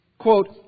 Quote